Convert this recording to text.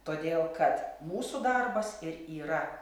todėl kad mūsų darbas ir yra